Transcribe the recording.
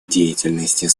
деятельности